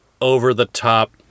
over-the-top